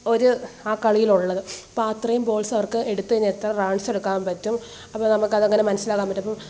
ഒരു ആ കളിയിൽ ഉള്ളത് അപ്പോള് അത്രയും ബോൾസ് അവർക്ക് എടുത്ത് കഴിഞ്ഞാല് എത്ര റൺസ് എടുക്കാൻ പറ്റും അപ്പോള് നമുക്ക് അത് അങ്ങനെ മനസ്സിലാക്കാൻ പറ്റും അപ്പോള്